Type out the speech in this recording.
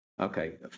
Okay